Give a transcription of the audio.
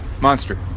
Monster